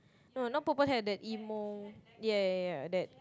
no not purple hair that emo ya ya ya that